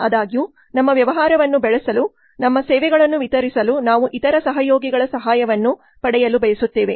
ಆದಾಗ್ಯೂ ನಮ್ಮ ವ್ಯವಹಾರವನ್ನು ಬೆಳೆಸಲು ನಮ್ಮ ಸೇವೆಗಳನ್ನು ವಿತರಿಸಲು ನಾವು ಇತರ ಸಹಯೋಗಿಗಳ ಸಹಾಯವನ್ನು ಪಡೆಯಲು ಬಯಸುತ್ತೇವೆ